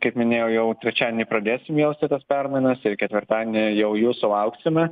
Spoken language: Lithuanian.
kaip minėjau jau trečiadienį pradėsim jausti tas permainas ir ketvirtadienį jau jų sulauksime